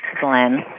Glenn